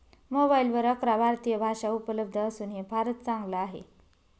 मोबाईलवर अकरा भारतीय भाषा उपलब्ध असून हे फारच चांगल आहे